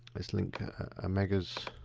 let's link omegas